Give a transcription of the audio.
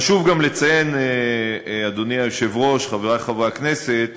חשוב גם לציין, אדוני היושב-ראש, חברי חברי הכנסת,